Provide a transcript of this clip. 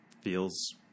feels